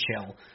chill